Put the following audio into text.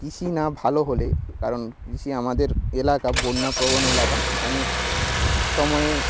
কৃষি না ভালো হলে কারণ কৃষি আমাদের এলাকা বন্যাপ্রবণ এলাকা এখানে সময়ে